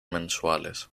mensuales